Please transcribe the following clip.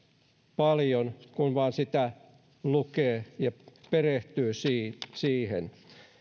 paljon kun sitä vain lukee ja perehtyy siihen